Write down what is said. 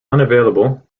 unavailable